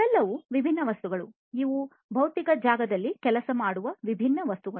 ಇವೆಲ್ಲವೂ ವಿಭಿನ್ನ ವಸ್ತುಗಳು ಇವು ಭೌತಿಕ ಜಾಗದಲ್ಲಿ ಕೆಲಸ ಮಾಡುವ ವಿಭಿನ್ನ ವಸ್ತುಗಳು